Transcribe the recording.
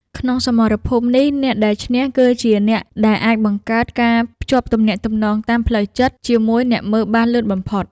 ក្នុងសមរភូមិនេះ អ្នកដែលឈ្នះគឺជាអ្នកដែលអាចបង្កើត ការភ្ជាប់ទំនាក់ទំនងតាមផ្លូវចិត្ត ជាមួយអ្នកមើលបានលឿនបំផុត។